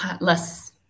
less